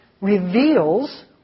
reveals